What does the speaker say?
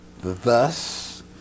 Thus